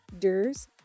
Durs